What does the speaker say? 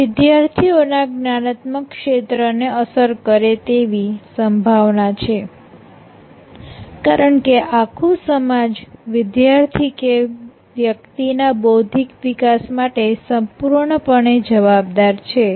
આ વિદ્યાર્થી ઓના જ્ઞાનાત્મક ક્ષેત્રને અસર કરે તેવી સંભાવના છે કારણ કે આખું સમાજ વિદ્યાર્થી કે વ્યક્તિ ના બૌદ્ધિક વિકાસ માટે સંપૂર્ણપણે જવાબદાર છે